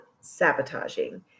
sabotaging